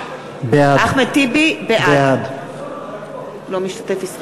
בעד ישראל חסון לא משתתף.